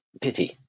Pity